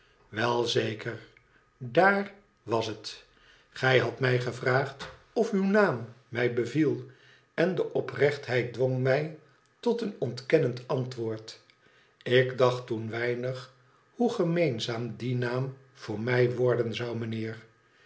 wel zeker daar was het gij hadt mij gevraagd of uw naam mij beviel en de oprechtheid dwong mij tot een ontkennend antwoord ik dacht toen weinig hoe gemeenzaam die naam voor mij worden zou meneer